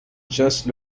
just